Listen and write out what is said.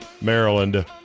Maryland